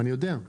אני יודע.